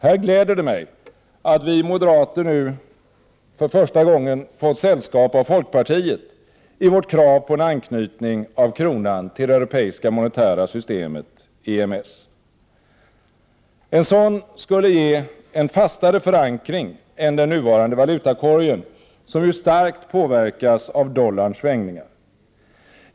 Här gläder det mig att vi moderater nu för första gången fått sällskap av folkpartiet i vårt krav på en anknytning av kronan till det europeiska monetära systemet EMS. En sådan skulle ge en fastare förankring än den nuvarande valutakorgen, som ju starkt påverkas av dollarns svängningar.